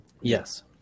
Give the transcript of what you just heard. Yes